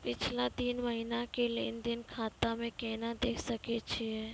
पिछला तीन महिना के लेंन देंन खाता मे केना देखे सकय छियै?